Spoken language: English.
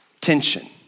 tension